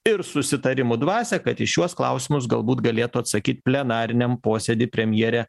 ir susitarimų dvasią kad į šiuos klausimus galbūt galėtų atsakyti plenariniam posėdy premjerė